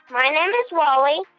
my name is wally.